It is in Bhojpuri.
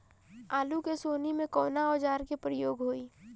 आलू के सोहनी में कवना औजार के प्रयोग होई?